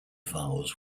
vowels